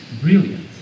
brilliant